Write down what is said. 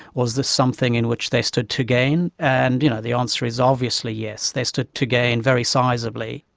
was this something in which they stood to gain? and you know the answer is obviously yes, they stood to gain very sizeably.